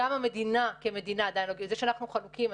וזה שאנחנו חלוקים,